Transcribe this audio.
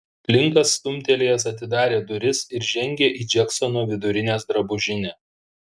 linkas stumtelėjęs atidarė duris ir žengė į džeksono vidurinės drabužinę